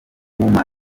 women